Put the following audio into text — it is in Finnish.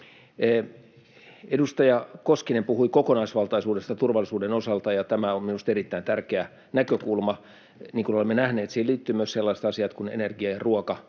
Edustaja Koskinen puhui kokonaisvaltaisuudesta turvallisuuden osalta, ja tämä on minusta erittäin tärkeä näkökulma. Niin kuin olemme nähneet, siihen liittyvät myös sellaiset asiat kuin energia- ja